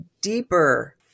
deeper